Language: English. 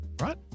Right